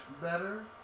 better